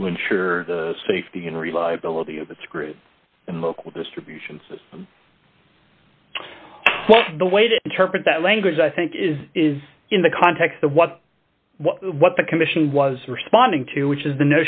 to ensure the safety and reliability of its group and local distributions the way to interpret that language i think is is in the context of what what the commission was responding to which is the